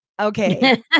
Okay